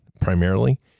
primarily